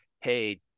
hey